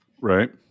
right